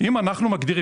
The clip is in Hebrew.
אם נגדיר,